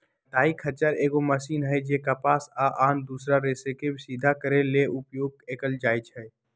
कताइ खच्चर एगो मशीन हइ जे कपास आ आन दोसर रेशाके सिधा करे लेल उपयोग कएल जाइछइ